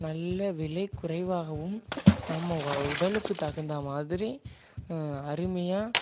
நல்ல விலை குறைவாகவும் நம்ம உடலுக்கு தகுந்த மாதிரி அருமையா